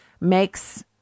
makes